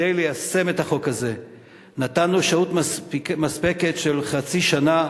כדי ליישם את החוק הזה נתנו שהות מספקת של חצי שנה,